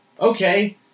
Okay